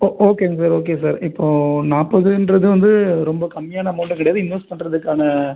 ஓ ஓகேங்க sir okay sir இப்போ நாற்பதுன்றது வந்து ரொம்ப கம்மியான அமௌண்ட்டும் கிடையாது இன்வெஸ்ட் பண்ணுறதுக்கான